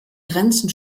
grenzen